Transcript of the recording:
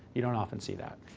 you don't often see that.